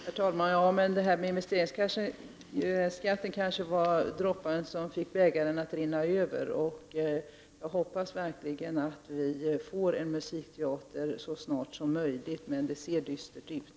Herr talman! Ja, men investeringsskatten var kanske droppen som fick bägaren att rinna över. Jag hoppas verkligen att vi får en musikteater så snart som möjligt, men det ser dystert ut.